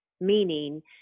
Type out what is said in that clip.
meaning